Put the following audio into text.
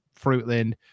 Fruitland